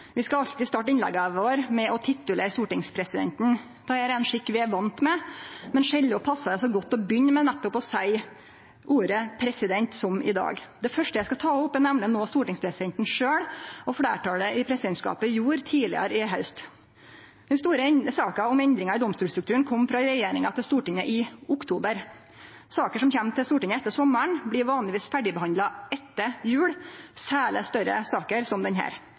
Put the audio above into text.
Vi skal alltid starte innlegga våre med å titulere stortingspresidenten. Dette er ein skikk vi er vane med, men sjeldan passar det så godt å begynne med å seie nettopp ordet president som i dag. Det første eg skal ta opp, er nemleg noko stortingspresidenten sjølv og fleirtalet i presidentskapet gjorde tidlegare i haust. Den store saka om endringar i domstolstrukturen kom frå regjeringa til Stortinget i oktober. Saker som kjem til Stortinget etter sommaren, blir vanlegvis ferdigbehandla etter jul, særleg større saker som